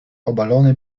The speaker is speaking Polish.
obalony